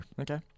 Okay